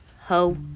ho